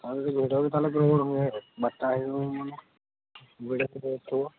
ହଁ ଯଦି ଭିଡ଼ ହୁଏ ତା'ହେଲେ ପ୍ରବଳ ହୁଏ ଆଉ ବାରଟା ହେଇଯିବ ମାନେ ଭିଡ଼ ବହୁତ ଥିବ